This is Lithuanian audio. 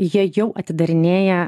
jie jau atidarinėja